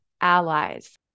allies